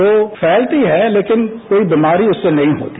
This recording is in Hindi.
जो फैलती है लेकिन कोई बीमारी उससे नहीं होती